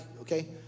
okay